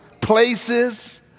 places